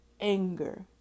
anger